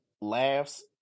laughs